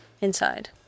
inside